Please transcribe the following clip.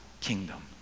kingdom